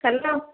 hello